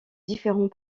différents